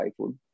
iPhone